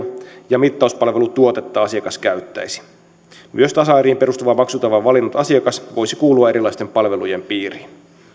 ja mittauspalvelutuotetta asiakas käyttäisi myös tasaeriin perustuvan maksutavan valinnut asiakas voisi kuulua erilaisten palvelujen piiriin